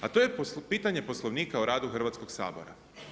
A to je pitanje Poslovnika o radu Hrvatskog sabora.